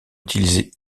utilisée